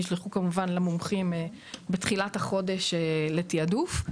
שלחנו את הרשימות למומחים בתחילת החודש לתעדוף,